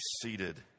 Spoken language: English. seated